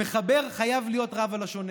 המחבר חייב להיות רב על השונה,